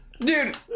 Dude